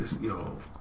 Yo